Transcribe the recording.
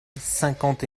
cinquante